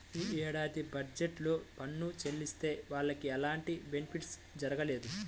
యీ ఏడాది బడ్జెట్ లో పన్ను చెల్లించే వాళ్లకి ఎలాంటి బెనిఫిట్ జరగలేదు